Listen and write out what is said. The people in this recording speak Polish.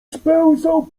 spełzał